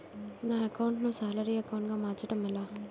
నా అకౌంట్ ను salary account గా మార్చటం ఎలా?